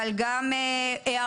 אבל גם הערות,